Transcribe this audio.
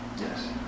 Yes